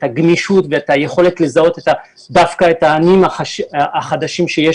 את הגמישות ואת היכולת לזהות דווקא את העניים החדשים שיש